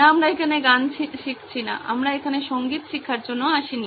না আমরা এখানে গান শিখছি না আমরা এখানে সংগীত শিক্ষার জন্য আসিনি